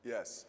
Yes